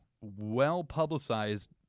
well-publicized